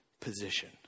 position